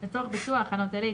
לצורך ביצוע הכנות אלה,